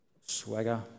Swagger